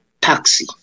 taxi